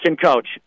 coach